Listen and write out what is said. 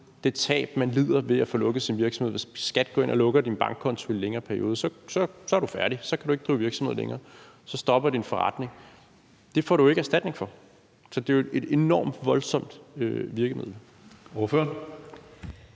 det tab, man lider ved at få lukket sin virksomhed. Hvis skattevæsenet går ind og lukker din bankkonto i en længere periode, er du færdig. Så kan du ikke drive virksomhed længere, så stopper din forretning. Det får du ikke erstatning for, så det er jo et enormt voldsomt virkemiddel. Kl.